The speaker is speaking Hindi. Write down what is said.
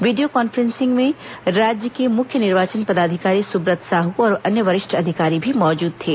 वीडियो कांफ्रेंसिंग में राज्य के मुख्य निर्वाचन पदाधिकारी सुब्रत साहू और अन्य वरिष्ठ अधिकारी भी मौजूद थे